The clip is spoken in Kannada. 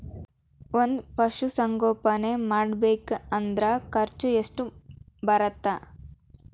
ಒಂದ್ ಪಶುಸಂಗೋಪನೆ ಮಾಡ್ಬೇಕ್ ಅಂದ್ರ ಎಷ್ಟ ಖರ್ಚ್ ಬರತ್ತ?